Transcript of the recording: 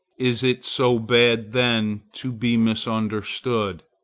is it so bad then to be misunderstood?